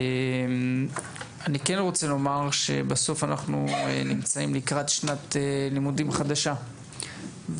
אנחנו לקראת שנת לימודים חדשה,